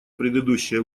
предыдущее